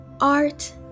art